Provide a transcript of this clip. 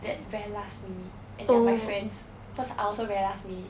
that very last minute and they are my friends cause I also very last minute